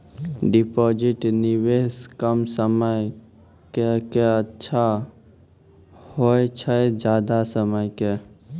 Deposit निवेश कम समय के के अच्छा होय छै ज्यादा समय के?